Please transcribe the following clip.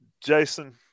Jason